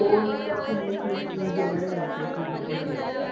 फोनपासून ना फ्रीज वगैरे घ्यायचं आहे टी वी पण घ्यायचा आहे